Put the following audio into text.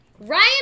Ryan